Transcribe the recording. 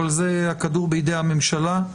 אבל הכדור בידי הממשלה.